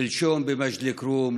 שלשום במג'ד אל-כרום,